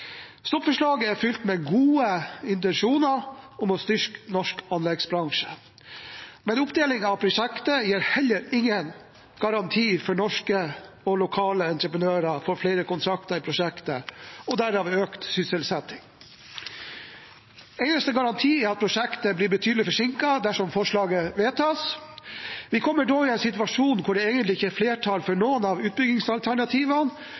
er fylt med gode intensjoner om å styrke norsk anleggsbransje, men oppdeling av prosjektet gir heller ingen garanti for at norske og lokale entreprenører får flere kontrakter i prosjekter, og derav økt sysselsetting. Den eneste garantien er at prosjektet blir betydelig forsinket dersom forslaget vedtas. Vi kommer da i en situasjon der det egentlig ikke er flertall for